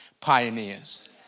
pioneers